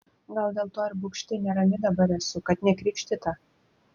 gal dėl to ir bugšti nerami dabar esu kad nekrikštyta